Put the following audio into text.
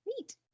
Neat